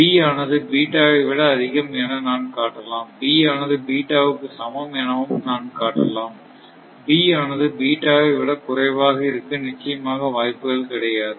B ஆனது வை விட அதிகம் என நான் காட்டலாம் B ஆனது க்கு சமம் எனவும் நான் காட்டலாம் B ஆனது வை விட குறைவாக இருக்க நிச்சயமாக வாய்ப்புகள் கிடையாது